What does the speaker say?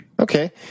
Okay